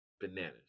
Bananas